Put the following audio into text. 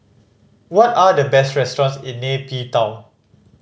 what are the best restaurants in Nay Pyi Taw